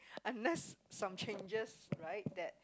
unless some changes right that